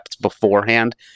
beforehand